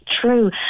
true